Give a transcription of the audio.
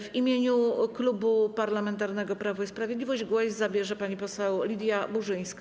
W imieniu Klubu Parlamentarnego Prawo i Sprawiedliwość głos zabierze pani poseł Lidia Burzyńska.